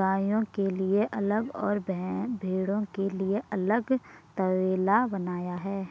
गायों के लिए अलग और भेड़ों के लिए अलग तबेला बनाया है